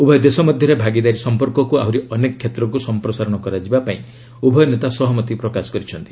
ଉଭୟ ଦେଶ ମଧ୍ୟରେ ଭାଗିଦାରୀ ସଂପର୍କକୁ ଆହୁରି ଅନେକ କ୍ଷେତ୍ରକୁ ସଂପ୍ରସାରଣ କରାଯିବା ପାଇଁ ଉଭୟ ନେତା ସହମତି ପ୍ରକାଶ କରିଛନ୍ତି